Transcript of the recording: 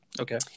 Okay